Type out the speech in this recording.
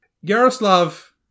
Yaroslav